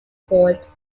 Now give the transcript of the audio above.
port